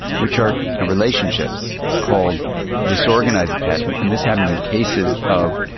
which are ah relationships called disorganised attachment and this happens in cases of,